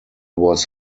was